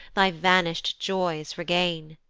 thy vanish'd joys regain.